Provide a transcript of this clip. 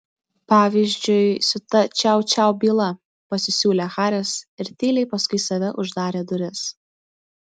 pavyzdžiui su ta čiau čiau byla pasisiūlė haris ir tyliai paskui save uždarė duris